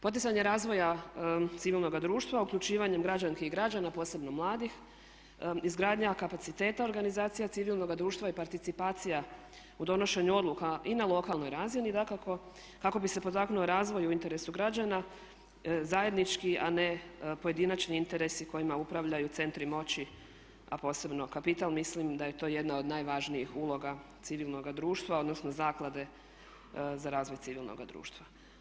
Poticanje razvoja civilnoga društva, uključivanjem građanki i građana, posebno mladih, izgradnja kapaciteta organizacija civilnoga društva i participacija u donošenju odluka i na lokalnoj razini dakako kako bi se potaknuo razvoj u interesu građana zajednički a ne pojedinačni interesi kojima upravljaju centri moći a posebno kapital, mislim da je to jedna od najvažnijih uloga civilnoga društva odnosno zaklade za razvoj civilnoga društva.